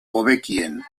hobekien